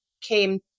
came